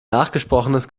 nachgesprochenes